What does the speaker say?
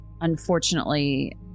unfortunately